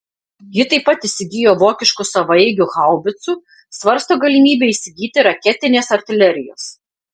ji taip pat įsigijo vokiškų savaeigių haubicų svarsto galimybę įsigyti raketinės artilerijos